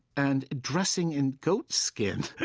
and dressing in goatskin